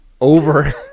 over